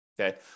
Okay